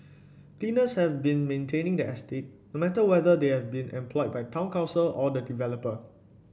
cleaners have been maintaining the estate no matter whether they were by the town council or the developer